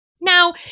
Now